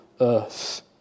earth